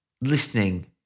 listening